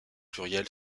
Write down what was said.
pluriel